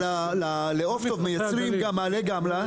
אבל לעוף טוב מייצרים גם מעלה גמלא,